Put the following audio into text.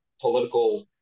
political